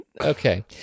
okay